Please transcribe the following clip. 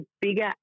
bigger